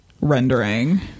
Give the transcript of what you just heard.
rendering